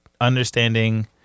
understanding